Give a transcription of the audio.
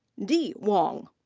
di wang.